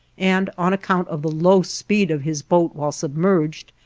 and, on account of the low speed of his boat while submerged,